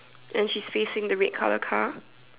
and she's facing the red colour car